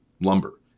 lumber